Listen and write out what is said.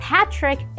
Patrick